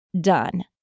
done